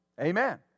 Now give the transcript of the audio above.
amen